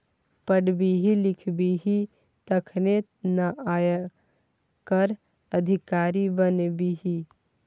पढ़बिही लिखबिही तखने न आयकर अधिकारी बनबिही